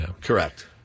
Correct